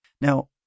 Now